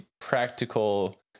practical